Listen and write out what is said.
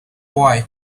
boy